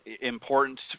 important